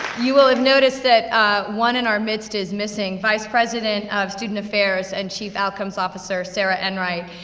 you will have noticed that one in our midst is missing, vice president of student affairs and chief outcomes officer, sara enright.